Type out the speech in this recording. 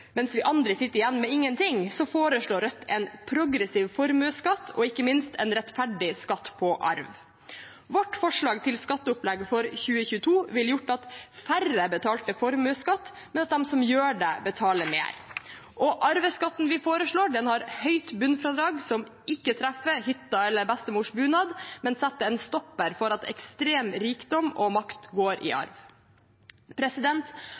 mens vi andre sitter igjen med ingenting, foreslår Rødt en progressiv formuesskatt og ikke minst en rettferdig skatt på arv. Vårt forslag til skatteopplegg for 2022 ville gjort at færre betalte formuesskatt, men at de som gjør det, betaler mer. Og arveskatten vi foreslår, har høyt bunnfradrag, som ikke treffer hytta eller bestemors bunad, men setter en stopper for at ekstrem rikdom og makt går i